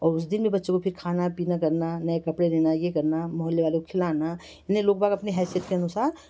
और उस दिन भी बच्चों को फिर खाना पीना करना नए कपड़े लेना ये करना मोहल्ले वालों को खिलाना नये लोग बाग अपनी हैसियत के अनुसार